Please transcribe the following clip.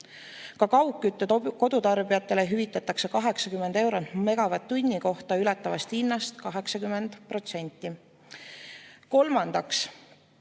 Ka kaugkütte kodutarbijatele hüvitatakse 80 eurot megavatt-tunni kohta ületavast hinnast 80%. Kolmandaks,